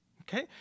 okay